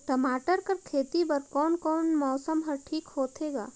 टमाटर कर खेती बर कोन मौसम हर ठीक होथे ग?